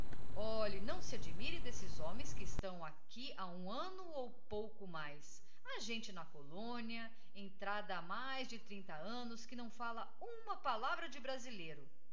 olhe não se admire d'esses hom ens que estão aqui ha um anno ou pouco mais ha gente na colónia entrada ha mais de trinta annos que não fala uma palavra de brasileiro